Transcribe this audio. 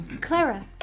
Clara